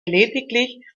lediglich